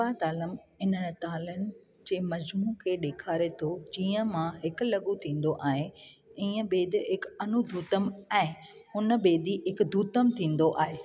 झम्पा तालम इन्हनि तालनि जे मज़मूऐ खे डे॒खारे थो जीअं मां हिक लघ थींदो आहे हुन बैदि हिक अनुध्रुतम आहे हुन बैदि हिक ध्रूतम थींदो आहे